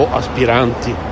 aspiranti